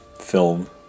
film